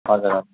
हजुर हजुर